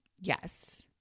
Yes